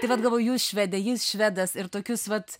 tai vat galvoju jūs švedė jis švedas ir tokius pat